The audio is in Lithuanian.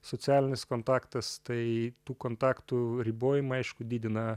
socialinis kontaktas tai tų kontaktų ribojimai aišku didina